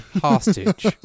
hostage